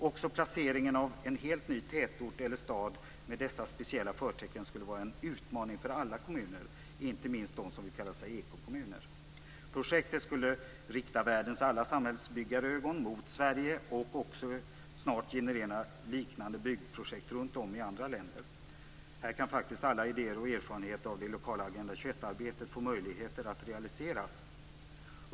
Också placeringen av en helt ny tätort eller stad med dessa speciella förtecken skulle vara en utmaning för alla kommuner, inte minst de kommuner som vill kalla sig ekokommuner. Projektet skulle rikta världens alla samhällsbyggarögon mot Sverige och också snart generera liknande byggprojekt runt om i andra länder. Här kan det faktiskt finnas möjligheter att realisera alla idéer om och erfarenheter av det lokala Agenda 21-arbetet.